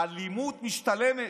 האלימות משתלמת.